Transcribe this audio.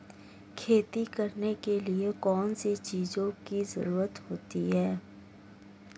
खेती करने के लिए कौनसी चीज़ों की ज़रूरत होती हैं?